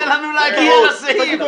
תן לנו להגיע לסעיף.